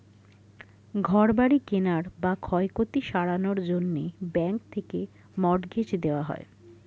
ঘর বাড়ি কেনার বা ক্ষয়ক্ষতি সারানোর জন্যে ব্যাঙ্ক থেকে মর্টগেজ দেওয়া হয়